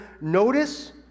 Notice